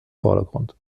vordergrund